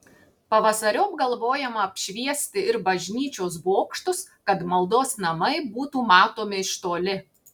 pavasariop galvojama apšviesti ir bažnyčios bokštus kad maldos namai būtų matomi iš toli